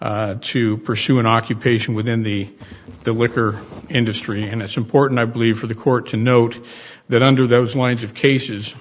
inability to pursue an occupation within the the wicker industry and it's important i believe for the court to note that under those winds of cases